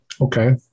Okay